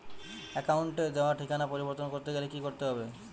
অ্যাকাউন্টে দেওয়া ঠিকানা পরিবর্তন করতে গেলে কি করতে হবে?